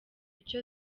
icyo